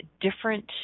different